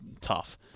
tough